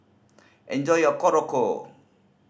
enjoy your Korokke